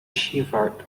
shivered